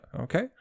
okay